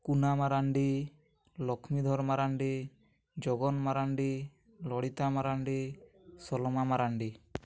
Kuna Marandi Lakshmidhar Marandi Jagan Marandi Lalita Marandi Soloma Marandi